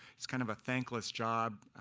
it's kind of a thankless job.